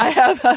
have